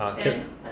ah 对